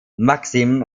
maxim